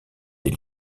des